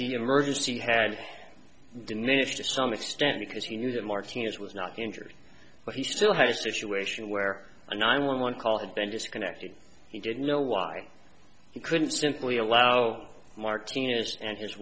emergency had diminished to some extent because he knew that martinez was not injured but he still had a situation where the nine one one call had been disconnected he didn't know why he couldn't simply allow martinez and his